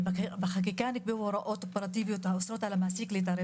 בחקיקה נקבעו הוראות אופרטיביות האוסרות על המעסיק להתערב